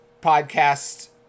podcast